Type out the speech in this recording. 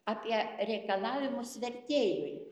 apie reikalavimus vertėjui